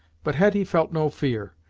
but hetty felt no fear,